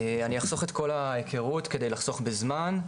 אני אחסוך את כל ההכרות כדי לחסוך בזמן,